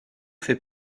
fait